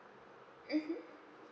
mmhmm